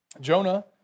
Jonah